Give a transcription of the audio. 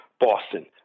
Boston